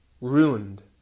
ruined